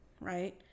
right